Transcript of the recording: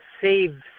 save